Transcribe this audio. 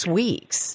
weeks